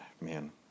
Man